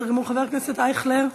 חבר הכנסת אייכלר.